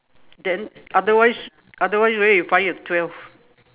then otherwise otherwise where you find your twelve